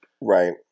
right